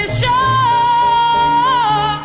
sure